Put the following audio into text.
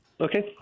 Okay